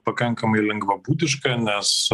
pakankamai lengvabūdiška nes